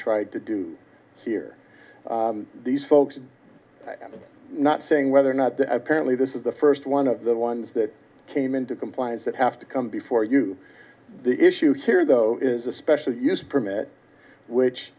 tried to do here these folks i'm not saying whether or not apparently this is the first one of the ones that came into compliance that have to come before you the issue here though is a special use permit which